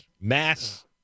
Mass